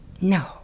No